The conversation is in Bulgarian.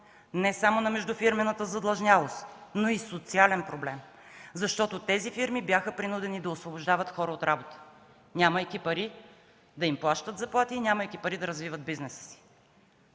не само на междуфирмената задлъжнялост, но и социален проблем, защото тези фирми бяха принудени да освобождават хора от работа, нямайки пари да им плащат заплати, нямайки пари да развиват бизнеса.